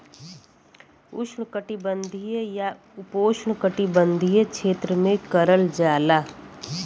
उष्णकटिबंधीय या उपोष्णकटिबंधीय क्षेत्र में करल जाला